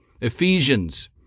Ephesians